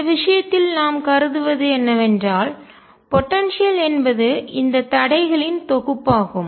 இந்த விஷயத்தில் நாம் கருதுவது என்னவென்றால் போடன்சியல் ஆற்றல் என்பது இந்த தடைகளின் தொகுப்பாகும்